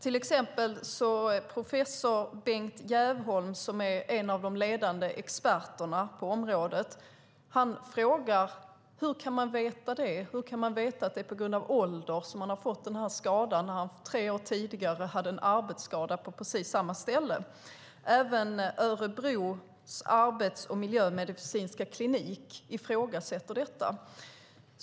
Till exempel frågar professor Bengt Järvholm, som är en av de ledande experterna på området: Hur kan man veta det? Hur kan man veta att det är på grund av ålder som han har fått den här skadan när han tre år tidigare hade en arbetsskada på precis samma ställe? Även Örebros arbets och miljömedicinska klinik ifrågasätter detta.